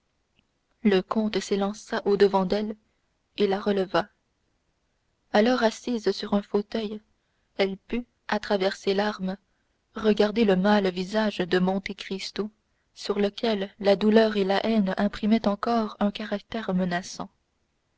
le comte s'élança au-devant d'elle et la releva alors assise sur un fauteuil elle put à travers ses larmes regarder le mâle visage de monte cristo sur lequel la douleur et la haine imprimaient encore un caractère menaçant